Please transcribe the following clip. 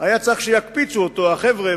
היה צריך שיקפיצו אותו החבר'ה,